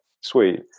sweet